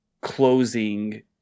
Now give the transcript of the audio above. closing